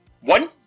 One